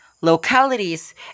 localities